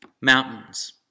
mountains